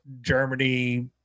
Germany